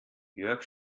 jörg